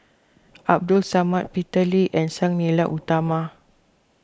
Abdul Samad Peter Lee and Sang Nila Utama